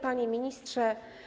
Panie Ministrze!